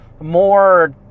more